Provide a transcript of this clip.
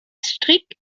strikt